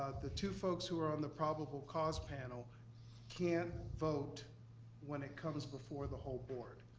the two folks who are on the probable cause panel can't vote when it comes before the whole board.